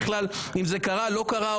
אם זה קרה או לא קרה,